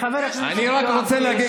אלכס, אלכס, אל תרתח.